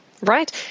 Right